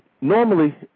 normally